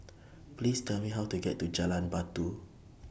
Please Tell Me How to get to Jalan Batu